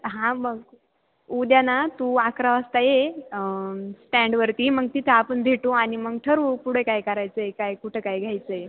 हां मग उद्या ना तू अकरा वाजता ये स्टँडवरती मग तिथं आपण भेटू आणि मग ठरवू कुठे काय करायचं आहे काय कुठं काय घ्यायचं आहे